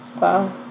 Wow